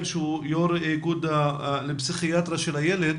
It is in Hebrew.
שהוא יו"ר איגוד לפסיכיאטריה של הילד